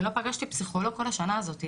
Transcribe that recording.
אני לא פגשתי פסיכולוג כל השנה הזאת,